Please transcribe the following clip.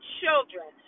children